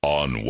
on